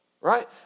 right